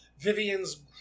Vivian's